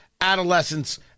adolescence